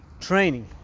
training